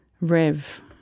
rev